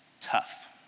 Tough